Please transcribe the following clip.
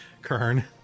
Kern